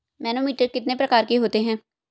Manometer कितने प्रकार के होते हैं?